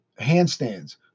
handstands